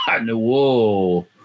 Whoa